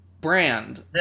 brand